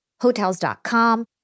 Hotels.com